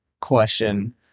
question